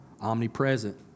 omnipresent